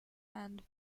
and